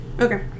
Okay